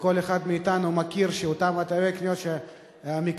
וכל אחד מאתנו מכיר את תווי הקנייה שמקבלים